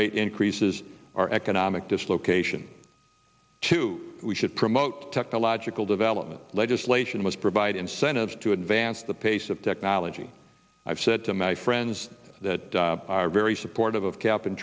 rate increases our economic dislocation too we should promote technological development legislation must provide incentives to advance the pace of technology i've said to my friends that are very supportive of cap and